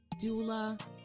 doula